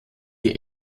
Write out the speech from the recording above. die